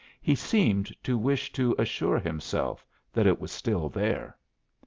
he seemed to wish to assure himself that it was still there.